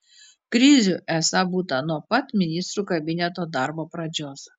krizių esą būta nuo pat ministrų kabineto darbo pradžios